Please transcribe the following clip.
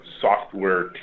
software